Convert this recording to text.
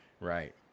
Right